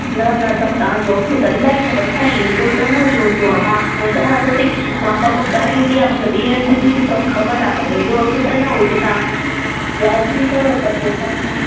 न न त तव्हांजो अघु त इलाही अथव साईं हेॾो त न ज हूंदो आहे मां चवा त थी मां कमु कराईंदी आहे मूंखे ॿी हंधु जी बि सभु ख़बर आहे पर हेॾो अघु त न हुजे तव्हां कुझु वियाजिबी करो त पोइ समुझा